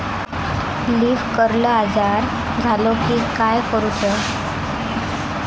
Leaf curl आजार झालो की काय करूच?